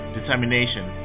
Determination